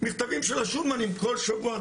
של השולמנים כל שבוע,